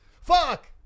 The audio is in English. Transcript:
fuck